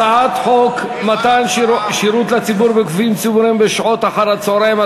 הצעת חוק מתן שירות לציבור בגופים ציבוריים בשעות אחר-הצהריים,